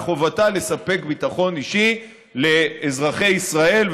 מחובתה לספק ביטחון אישי לאזרחי ישראל,